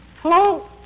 Hello